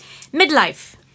Midlife